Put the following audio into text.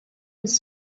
was